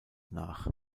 nach